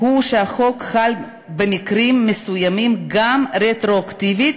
הוא שהחוק חל במקרים מסוימים גם רטרואקטיבית